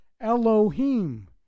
Elohim